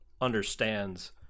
understands